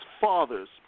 fathers